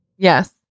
Yes